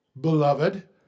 Beloved